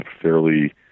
fairly